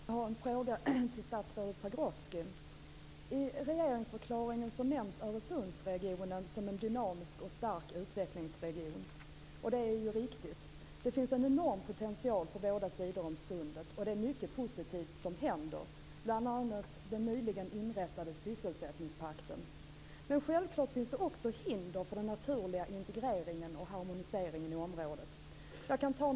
Fru talman! Jag har en fråga till statsrådet Pagrotsky. I regeringsförklaringen nämns Öresundsregionen som en dynamisk och stark utvecklingsregion. Och det är ju riktigt. Det finns en enorm potential på båda sidor om sundet, och det händer mycket som är positivt, bl.a. den nyligen inrättade sysselsättningspakten. Men självfallet finns det också hinder för en naturlig integrering och harmonisering i området.